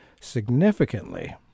significantly